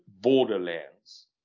borderlands